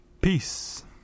peace